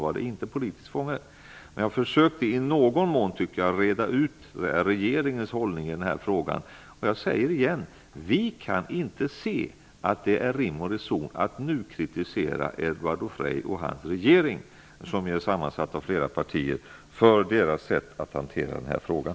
Jag tycker att jag i någon mån har försökt reda ut regeringens hållning i denna fråga. Jag upprepar att vi inte kan se att det skulle vara rim och reson att nu kritisera Eduardo Frei och hans regering, som är sammansatt av flera partier, för deras sätt att hantera den här frågan.